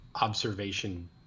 observation